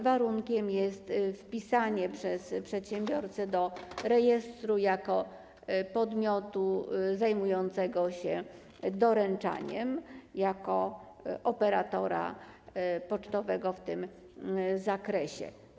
Warunkiem jest wpisanie przez przedsiębiorcę do rejestru podmiotu zajmującego się doręczaniem jako operatora pocztowego w tym zakresie.